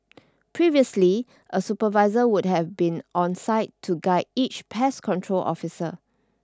previously a supervisor would have been on site to guide each pest control officer